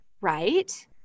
right—